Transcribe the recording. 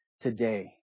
Today